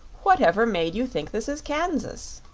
whatever made you think this is kansas?